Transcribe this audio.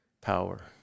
power